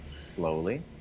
slowly